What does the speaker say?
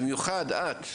במיוחד את.